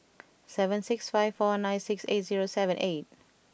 seven six five four nine six eight zero seven eight